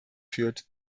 führt